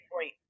point